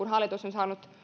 hallitus on saanut